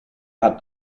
hat